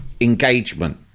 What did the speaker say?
engagement